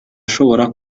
ashobora